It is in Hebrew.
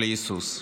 בלי היסוס.